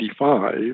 1985